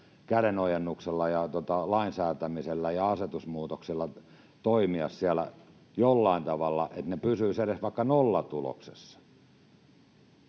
kädenojennuksella ja lainsäätämisellä ja asetusmuutoksella toimia siellä jollain tavalla, että ne pysyisivät edes vaikka nollatuloksessa,